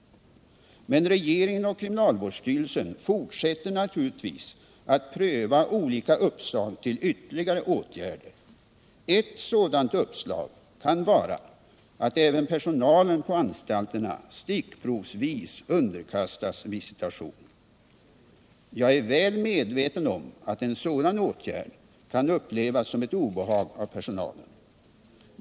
Men regeringen och kriminalvårdsstyrelsen fortsätter naturligtvis att pröva olika uppslag till ytterligare åtgärder. Ett sådant uppslag kan vara att även personalen på anstalterna stickprovsvis underkastas visitation. Jag är väl medveten om att en sådan åtgärd kan upplevas som ett obehag av personalen.